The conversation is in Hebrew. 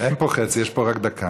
אין פה חצי, יש פה רק דקה.